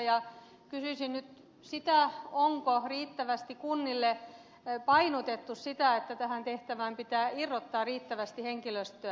kysyisin nyt sitä onko riittävästi kunnille painotettu sitä että tähän tehtävään pitää irrottaa riittävästi henkilöstöä